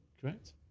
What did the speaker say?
Correct